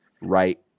right